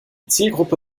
zielgruppe